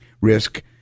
risk